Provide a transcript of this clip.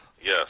Yes